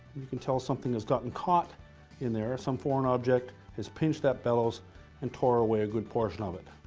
you can tell something has gotten caught in there. some foreign object has pinched that bellows and tore away a good portion of it.